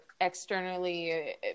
externally